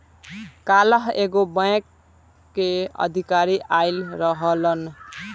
काल्ह एगो बैंक के अधिकारी आइल रहलन